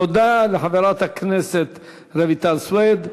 תודה לחברת הכנסת רויטל סויד.